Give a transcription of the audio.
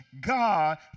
God